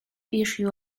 issue